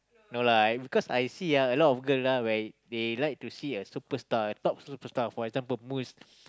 no lah because I see ah a lot of girl ah where they like to see a superstar top superstar for example Muse